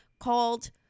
Called